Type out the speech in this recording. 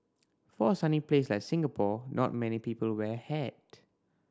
for a sunny place like Singapore not many people wear hat